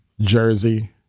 Jersey